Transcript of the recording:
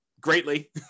greatly